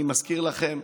אני מזכיר לכם,